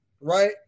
right